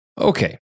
Okay